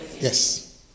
Yes